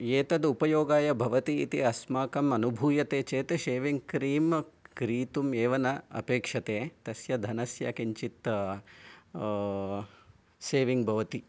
एतद् उपयोगाय भवति इति अस्माकम् अनुभूयते चेत् षेविङ् क्रीं क्रीतुम् एव न अपेक्षते तस्य धनस्य किञ्चित् सेविङ् भवति